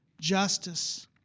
justice